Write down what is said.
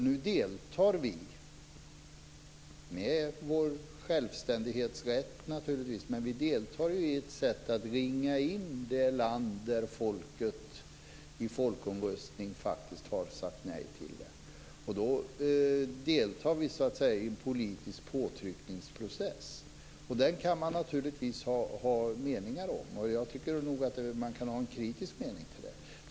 Nu deltar vi, med vår självständighetsrätt naturligtvis, i ett sätt att ringa in det land där folket i folkomröstning faktiskt har sagt nej. Då deltar vi i en politisk påtryckningsprocess. Det kan man naturligtvis ha meningar om, och jag tycker nog att man kan ha en kritisk mening om det.